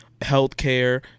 healthcare